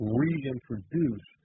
reintroduce